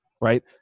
right